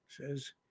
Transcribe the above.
says